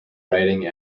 writing